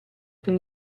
per